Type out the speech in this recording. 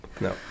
No